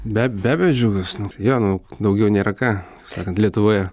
be beabejo džiugus nu jo nu daugiau nėra ką sakant lietuvoje